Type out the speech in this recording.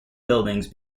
buildings